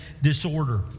disorder